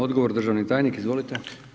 Odgovor, državni tajnik, izvolite.